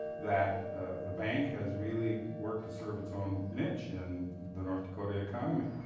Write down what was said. that the bank has really worked to serve its own niche in the north dakota economy.